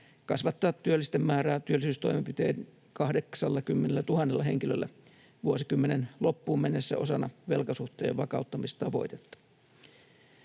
kasvattaa työllisten määrää työllisyystoimenpitein 80 000 henkilöllä vuosikymmenen loppuun mennessä osana velkasuhteen vakauttamistavoitetta.